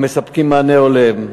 המספקים מענה הולם,